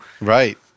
Right